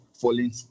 falling